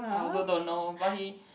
I also don't know but he